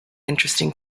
interesting